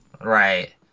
Right